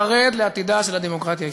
חרד לעתידה של הדמוקרטיה הישראלית.